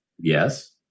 Yes